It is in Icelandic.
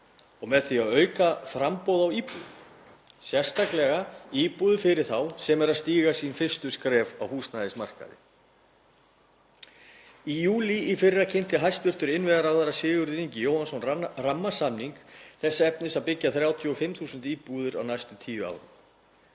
með því framboð á íbúðum, sérstaklega íbúðum fyrir þá sem eru að stíga sín fyrstu skref á húsnæðismarkaði. Í júlí í fyrra kynnti hæstv. innviðaráðherra Sigurður Ingi Jóhannsson rammasamning þess efnis að byggja 35.000 íbúðir á næstu tíu árum.